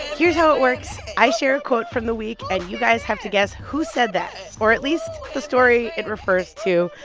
here's how it works i share a quote from the week. and you guys have to guess who said that or at least the story it refers to.